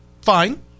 fine